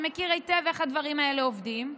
שמכיר היטב איך הדברים האלה עובדים.